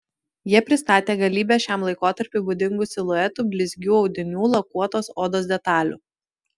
jie pristatė galybę šiam laikotarpiui būdingų siluetų blizgių audinių lakuotos odos detalių